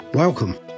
Welcome